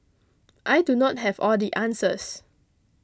I do not have all the answers